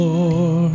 Lord